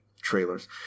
trailers